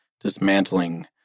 dismantling